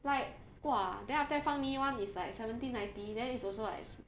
like !wah! then after that fan yi [one] is like seventeen ninety then it's also like